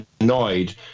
annoyed